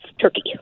turkey